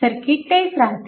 circuit तेच राहते